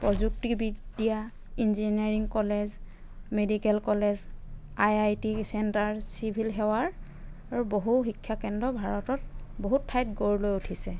প্ৰযুক্তিবিদ্যা engineering college medical college I I T centre civil সেৱাৰ আৰু বহু শিক্ষাকেন্দ্ৰ ভাৰতত বহুত ঠাইত গঢ় লৈ উঠিছে